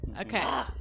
Okay